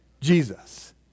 Jesus